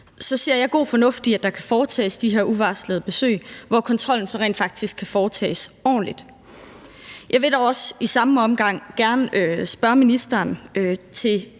så ser jeg god fornuft i, at der kan foretages de her uvarslede besøg, hvor kontrollen så rent faktisk kan foretages ordentligt. Jeg vil dog også i samme omgang gerne spørge ministeren til